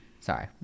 sorry